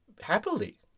happily